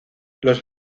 los